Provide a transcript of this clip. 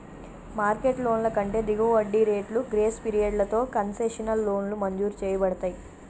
market లోన్ల కంటే దిగువ వడ్డీ రేట్లు, గ్రేస్ పీరియడ్లతో కన్సెషనల్ లోన్లు మంజూరు చేయబడతయ్